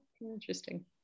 interesting